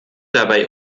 dabei